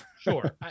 Sure